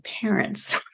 parents